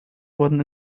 wurden